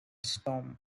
storm